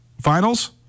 finals